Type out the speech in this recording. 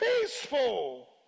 peaceful